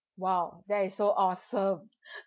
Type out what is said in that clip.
!wow! that is so awesome